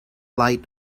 light